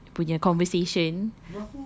punya punya conversation